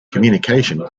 communication